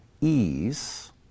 ease